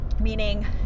meaning